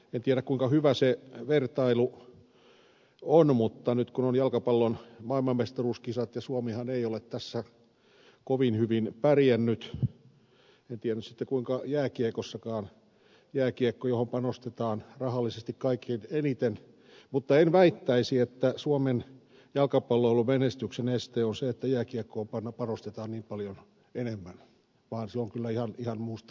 en tiedä kuinka hyvä se vertailu on mutta nyt kun on jalkapallon maailmanmestaruuskisat ja suomihan ei ole tässä kovin hyvin pärjännyt en tiedä nyt sitten kuinka jääkiekossakaan johon panostetaan rahallisesti kaikkein eniten niin en väittäisi että suomen jalkapalloilumenestyksen este on se että jääkiekkoon panostetaan niin paljon enemmän vaan se on kyllä ihan muusta kiinni